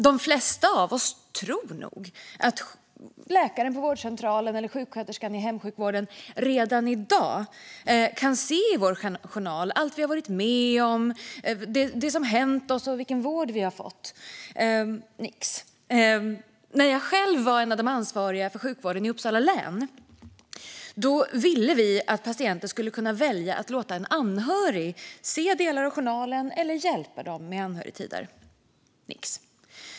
De flesta av oss tror nog att läkaren på vårdcentralen eller sjuksköterskan i hemsjukvården redan i dag kan se i vår journal allt vi varit med om, det som hänt oss och vilken vård vi har fått. Nix! När jag själv var en av de ansvariga för sjukvården i Uppsala län ville vi att patienter skulle kunna välja att låta en anhörig se delar av journalen eller hjälpa dem med läkartider. Nix!